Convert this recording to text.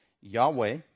Yahweh